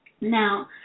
Now